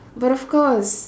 but of course